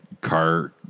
car